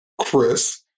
Chris